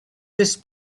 this